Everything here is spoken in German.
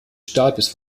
stabes